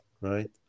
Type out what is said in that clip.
Right